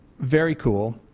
very cool,